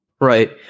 Right